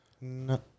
no